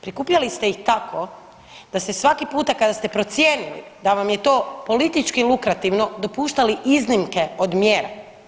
Prikupljali ste ih tako da ste svaki puta kada ste procijenili da vam je to politički lukrativno dopuštali iznimke od mjera.